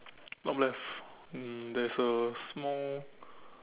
top left um there is a small